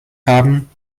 haben